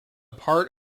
part